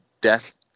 death-